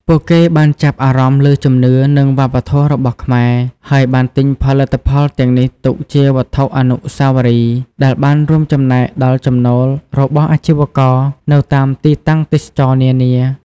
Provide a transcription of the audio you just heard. ពួកគេបានចាប់អារម្មណ៍លើជំនឿ និងវប្បធម៌របស់ខ្មែរ ហើយបានទិញផលិតផលទាំងនេះទុកជាវត្ថុអនុស្សាវរីយ៍ ដែលបានរួមចំណែកដល់ចំណូលរបស់អាជីវករនៅតាមទីតាំងទេសចរណ៍នានា។